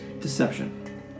Deception